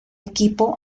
equipo